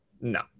No